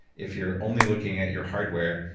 if you're only looking at your hardware,